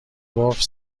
گفت